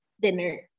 dinner